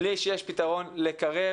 בלי שיש פתרון ל-קרב,